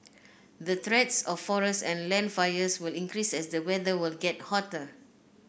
the threats of forest and land fires will increase as the weather will get hotter